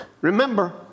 Remember